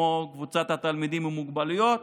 כמו קבוצת התלמידים עם המוגבלויות.